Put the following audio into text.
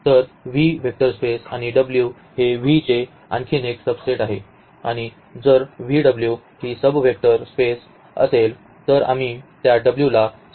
तर V vector space आणि W हे V चे आणखी एक सबसेट आहे आणि जर VW ही सब वेक्टर स्पेस असेल तर आम्ही त्या W ला सबसेट म्हणून कॉल करू